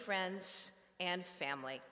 friends and family